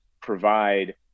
provide